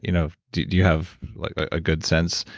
you know do you have like a good sense?